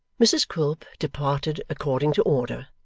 mrs quilp departed according to order,